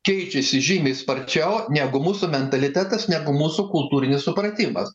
keičiasi žymiai sparčiau negu mūsų mentalitetas negu mūsų kultūrinis supratimas